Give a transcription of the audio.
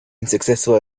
unsuccessful